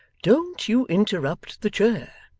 don't you interrupt the chair.